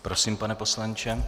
Prosím, pane poslanče.